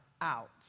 out